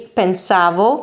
pensavo